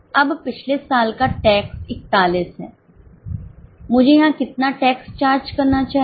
अब पिछले साल का टैक्स 41 है मुझे यहाँ कितना टैक्स चार्ज करना चाहिए